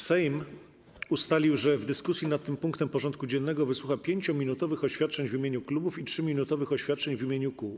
Sejm ustalił, że w dyskusji nad tym punktem porządku dziennego wysłucha 5-minutowych oświadczeń w imieniu klubów i 3-minutowych oświadczeń w imieniu kół.